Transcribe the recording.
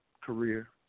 career